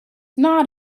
not